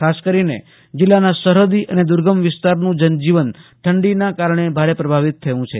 ખાસ કરીને જિલ્લાના સરહદી અને દુર્ગમ વિસ્તારનું જનજીવન ઠંડીના કારણે પ્રભાવિત થયું છે